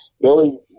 Billy